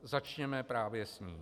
Začněme právě s ní.